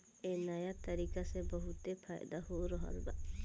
ए नया तरीका से बहुत फायदा हो रहल बा